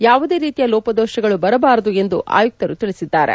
ಯಾವುದೇ ರೀತಿಯ ಲೋಪದೋಷಗಳು ಬರಬಾರದು ಎಂದು ಆಯುಕ್ತರು ತಿಳಿಸಿದ್ದಾರೆ